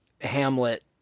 Hamlet